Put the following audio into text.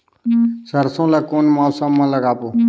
सरसो ला कोन मौसम मा लागबो?